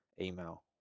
email